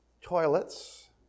toilets